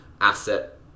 asset